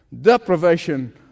deprivation